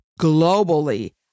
globally